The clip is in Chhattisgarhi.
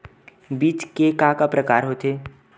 बीज के का का प्रकार होथे?